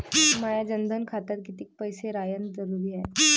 माया जनधन खात्यात कितीक पैसे रायन जरुरी हाय?